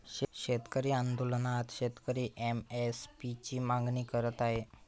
शेतकरी आंदोलनात शेतकरी एम.एस.पी ची मागणी करत आहे